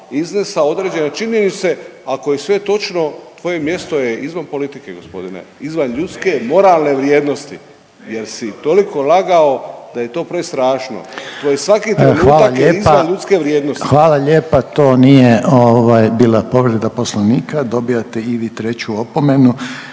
iznesao određene činjenice, ako je sve točno tvoje mjesto je izvan politike gospodine, izvan ljudske i moralne vrijednosti jer si toliko lagao da je to prestrašno. Tvoj svaki trenutak je …/Upadica: Hvala lijepa./… izvan ljudske vrijednosti. **Reiner, Željko (HDZ)** Hvala lijepa to nije ovaj bila povreda Poslovnika dobijate i vi treću opomenu